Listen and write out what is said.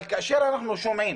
אבל כאשר אנחנו שומעים